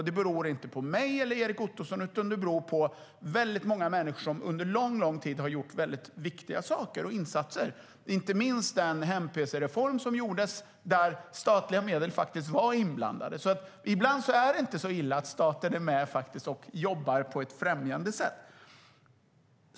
Det beror inte på mig eller Erik Ottoson, utan det beror på många människor som under lång tid gjort viktiga insatser, inte minst den hem-pc-reform som gjordes där statliga medel faktiskt var inblandade. Ibland är det alltså inte så illa att staten är med och jobbar på ett främjande sätt.